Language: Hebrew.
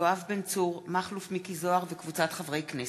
יואב בן צור ומכלוף מיקי זוהר וקבוצת חברי הכנסת,